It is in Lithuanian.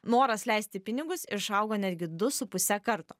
noras leisti pinigus išaugo netgi du su puse karto